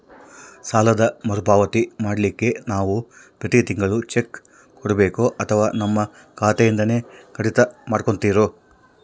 ಸಾಲದ ಮರುಪಾವತಿ ಮಾಡ್ಲಿಕ್ಕೆ ನಾವು ಪ್ರತಿ ತಿಂಗಳು ಚೆಕ್ಕು ಕೊಡಬೇಕೋ ಅಥವಾ ನಮ್ಮ ಖಾತೆಯಿಂದನೆ ಕಡಿತ ಮಾಡ್ಕೊತಿರೋ?